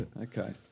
okay